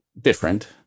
different